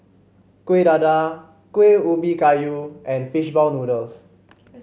Kueh Dadar Kueh Ubi Kayu and Fishball Noodles